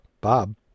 Bob